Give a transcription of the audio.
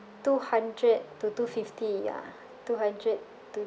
two hundred to two fifty ya two hundred to